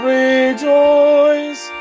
rejoice